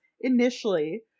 initially